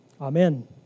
Amen